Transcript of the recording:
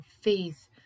faith